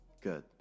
Good